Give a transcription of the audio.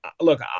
Look